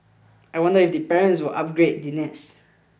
I wonder if the parents will 'upgrade' the nest